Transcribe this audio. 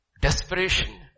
Desperation